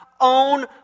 own